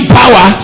power